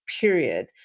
period